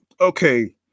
Okay